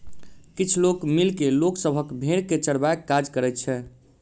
किछ लोक मिल के लोक सभक भेंड़ के चरयबाक काज करैत छै